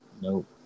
Nope